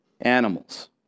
animals